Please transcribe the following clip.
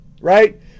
right